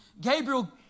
Gabriel